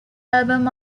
album